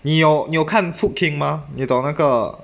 你有你有看 food king 吗你懂那个